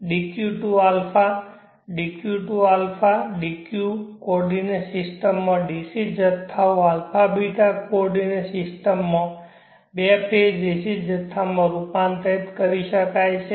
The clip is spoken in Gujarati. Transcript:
dq to αβ dq to αβ dq coordinate સિસ્ટમમાં DC જથ્થાઓ αβ કોઓર્ડિનેંટ સિસ્ટમમાં બે ફેઝ ac જથ્થામાં રૂપાંતરિત થાય છે